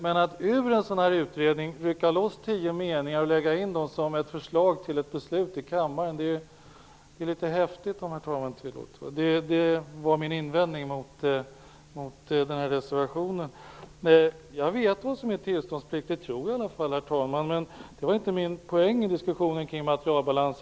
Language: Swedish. Men att ur en sådan utredning rycka loss tio meningar och lägga in dem som ett förslag till ett beslut i kammaren är - om herr talmannen tillåter uttrycket - litet häftigt. Det var också min invändning mot reservationen. Jag vet vad som menas med tillståndsplikt. Det tror jag i alla fall, herr talman. Det var inte min poäng i diskussionen kring materialbalans.